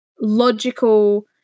logical